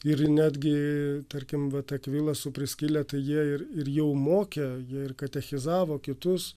ir jie netgi tarkim vat akvilas su priskile tai jie ir jau mokė jie ir katechizavo kitus